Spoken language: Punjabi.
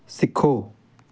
ਸਿੱਖੋ